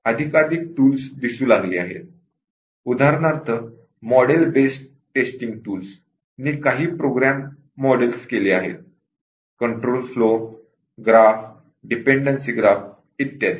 उदाहरणार्थ model based testing tools नी काही प्रोग्राम मॉडेल केले आहेत control flow graph dependency graph इत्यादी